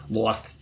lost